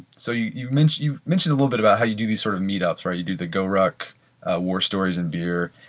so you've mentioned you've mentioned a little bit about how you do these sort of meet ups or how you do the goruck war stories and beer,